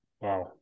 Wow